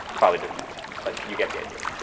probably doesn't make sense but you get the idea.